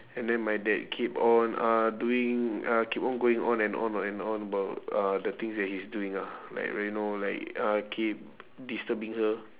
and then my dad keep on uh doing uh keep on going on and on and on about uh the things that he's doing ah like you know like uh keep disturbing her